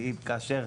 כאשר